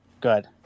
good